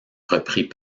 reprit